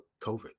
COVID